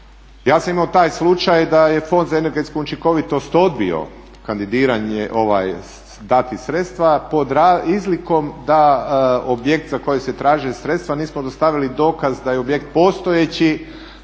Ja sam imao taj slučaj da je Fond za energetsku učinkovitost odbio dati sredstva pod izlikom da objekt za koji se traže sredstva nismo dostavili dokaz da je objekt postojeći,